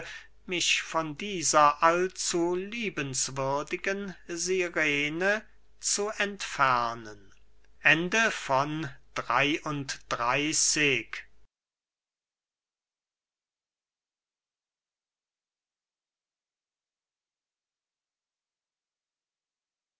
mich von dieser allzu liebenswürdigen sirene zu entfernen xiii